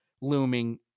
looming